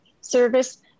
service